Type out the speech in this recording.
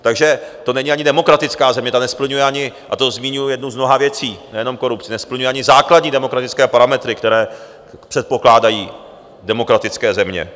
Takže to není ani demokratická země, ta nesplňuje ani a to zmiňuji jednu z mnoha věcí, nejenom korupci základní demokratické parametry, které předpokládají demokratické země.